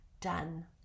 done